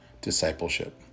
discipleship